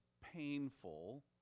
painful